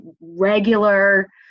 regular